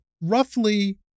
Roughly